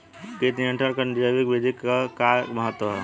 कीट नियंत्रण क जैविक विधि क का महत्व ह?